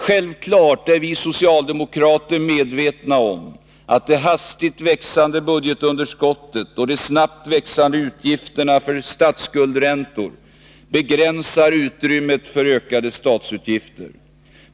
Självfallet är vi socialdemokrater medvetna om att det hastigt växande budgetunderskottet och de snabbt växande utgifterna för statsskuldräntor begränsar utrymmet för ökade statsutgifter.